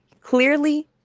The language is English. Clearly